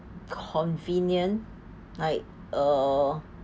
convenient like uh